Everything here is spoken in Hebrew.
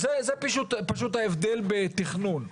זה פשוט ההבדל בתכנון.